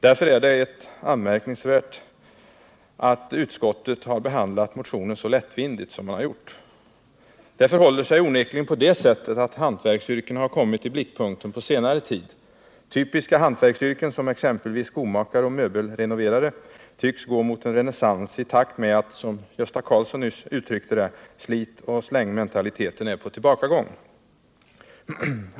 Därför är det anmärkningsvärt att utskottet har behandlat motionen så lättvindigt som man gjort. Det förhåller sig onekligen på det sättet att hantverksyrkena har kommit i blickpunkten på senare tid. Typiska hantverksyrken — exempelvis skomakare och möbelrenoverare — tycks gå mot en renässans i takt med att, som Gösta Karlsson nyss uttryckte det, slit-och-släng-mentaliteten är på tillbakagång.